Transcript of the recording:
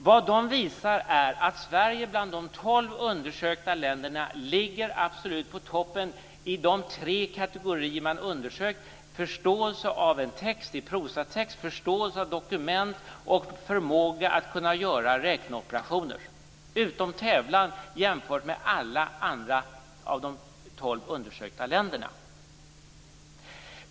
Vad undersökningarna visar är att Sverige bland de tolv undersökta länderna ligger absolut i topp när det gäller de tre kategorier som man undersökt: förståelse av en prosatext, förståelse av dokument och förmåga att göra räkneoperationer. Utom tävlan och jämfört med de andra elva undersökta länderna ligger vi alltså i topp.